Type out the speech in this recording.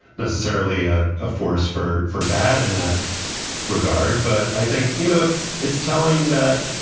necessarily a ah force for for bad in that regard. but i think, you know, it's it's telling that,